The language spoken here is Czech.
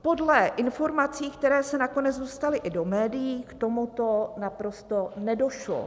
Podle informací, které se nakonec dostaly i do médií, k tomuto naprosto nedošlo.